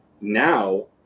now